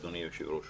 אדוני היושב-ראש.